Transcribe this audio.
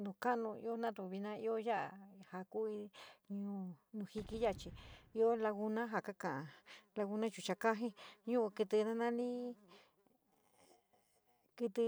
nouu kanu io natu vina io ya´a ja kui ñu nujiki yachí, io laguna ja kaka laguna yuchaa kaa ji ñouu kití nanani kití.